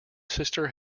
sister